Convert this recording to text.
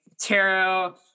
tarot